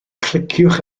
cliciwch